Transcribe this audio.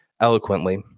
eloquently